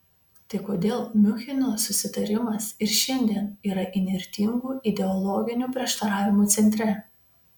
tai kodėl miuncheno susitarimas ir šiandien yra įnirtingų ideologinių prieštaravimų centre